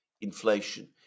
inflation